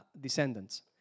descendants